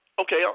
Okay